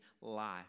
life